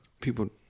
people